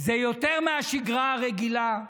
זה יותר מבשגרה הרגילה,